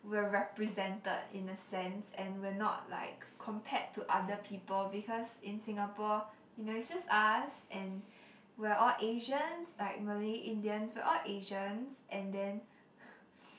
we're represented in a sense and we're not like compared to other people because in Singapore you know it's just us and we're all Asians like Malay Indians we're all Asians and then